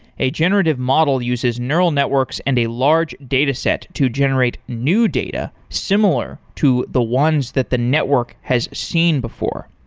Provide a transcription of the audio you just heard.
a generative model uses neural networks and a large data set to generate new data similar to the ones that the network has seen before.